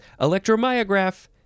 Electromyograph